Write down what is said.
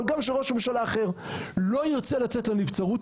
אבל גם שראש הממשלה אחר לא ירצה לצאת לנבצרות,